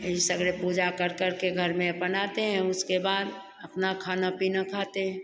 यही सगले पूजा कर करके घर में अपन आते हैं उसके बाद अपना खाना पीना खाते हैं